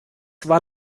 war